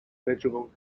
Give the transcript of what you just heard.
federal